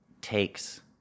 takes